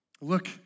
Look